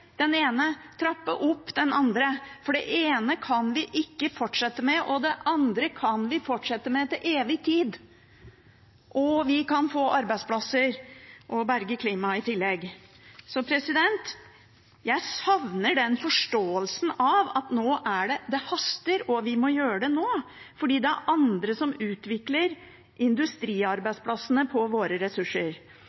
ene, trappe opp det andre, for det ene kan vi ikke fortsette med, og det andre kan vi fortsette med til evig tid, og vi kan få arbeidsplasser og berge klimaet i tillegg. Jeg savner forståelsen av at det haster, og at vi må gjøre det nå, fordi det er andre som utvikler